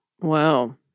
Wow